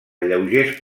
lleugers